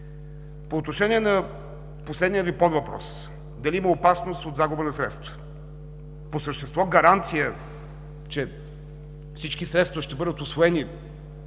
По отношение на последния Ви подвъпрос, дали има загуба на средства. По същество гаранция, че всички средства ще бъдат усвоени